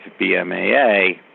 BMAA